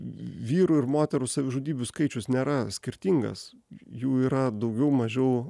vyrų ir moterų savižudybių skaičius nėra skirtingas jų yra daugiau mažiau